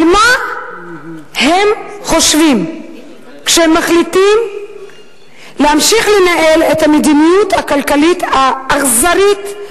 על מה הם חושבים כשהם מחליטים להמשיך לנהל את המדיניות הכלכלית האכזרית,